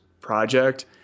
project